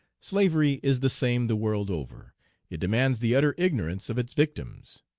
slavery is the same the world over it demands the utter ignorance of its victims.